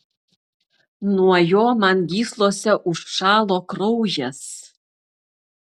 nuo jo man gyslose užšalo kraujas